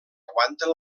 aguanten